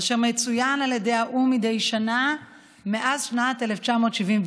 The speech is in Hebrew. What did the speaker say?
אשר מצוין על ידי האו"ם מדי שנה מאז שנת 1974,